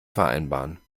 vereinbaren